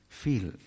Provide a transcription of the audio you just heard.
feel